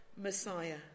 Messiah